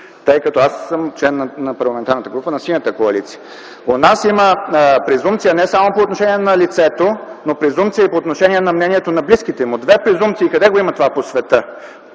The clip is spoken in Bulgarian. тъй като аз съм член на Парламентарната група на Синята коалиция. У нас има презумпция не само по отношение на лицето, но презумпция и по отношение на мнението на близките му. Две презумпции!? Къде го има това по света?